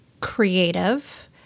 creative